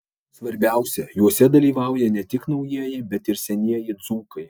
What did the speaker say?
svarbiausia juose dalyvauja ne tik naujieji bet ir senieji dzūkai